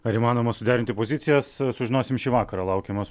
ar įmanoma suderinti pozicijas sužinosim šį vakarą laukiamas